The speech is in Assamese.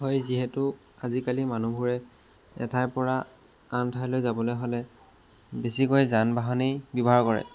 হয় যিহেতু আজিকালি মানুহবোৰে এঠাইৰ পৰা আনঠাইলৈ যাবলৈ হ'লে বেছিকৈ যান বাহনেই ব্যৱহাৰ কৰে